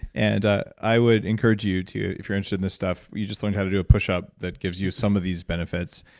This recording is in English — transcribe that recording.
and i would encourage you to, if you're interested in this stuff, you just learned how to do a pushup that gives you some of these benefits.